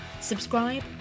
Subscribe